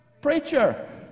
preacher